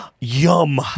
Yum